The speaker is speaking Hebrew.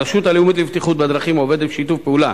הרשות הלאומית לבטיחות בדרכים עובדת בשיתוף פעולה